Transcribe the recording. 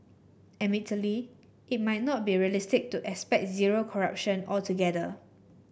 admittedly it might not be realistic to expect zero corruption altogether